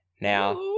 Now